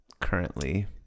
currently